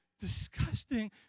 Disgusting